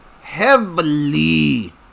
heavily